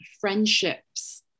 friendships